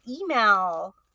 email